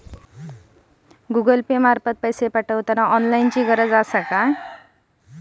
UPI मार्फत पैसे पाठवताना लॉगइनची गरज असते का?